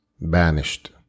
banished